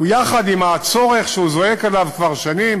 יחד עם הצורך שהוא זועק עליו כבר שנים,